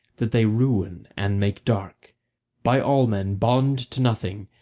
that they ruin and make dark by all men bond to nothing,